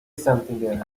something